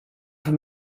from